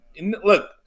look